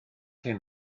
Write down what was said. hyn